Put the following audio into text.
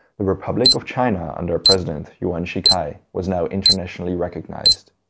the republic of china under president yuan shikai was now internationally recognized.